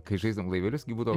kai žaisdavom laivelius gi būdavo